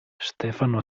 stefano